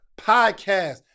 Podcast